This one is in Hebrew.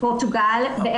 פורטוגל,